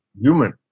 human